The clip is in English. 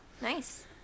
Nice